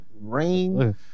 rain